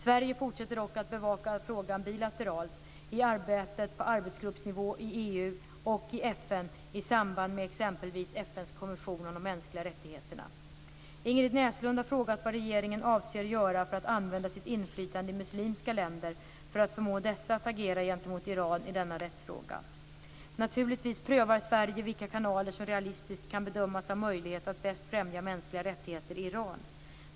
Sverige fortsätter dock att bevaka frågan bilateralt, i arbetet på arbetsgruppsnivå i EU och i FN i samband med exempelvis FN:s kommission om de mänskliga rättigheterna. Ingrid Näslund har frågat vad regeringen avser göra för att använda sitt inflytande i muslimska länder för att förmå dessa att agera gentemot Iran i denna rättsfråga. Naturligtvis prövar Sverige vilka kanaler som realistiskt kan bedömas ha möjlighet att bäst främja mänskliga rättigheter i Iran.